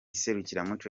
serukiramuco